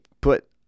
put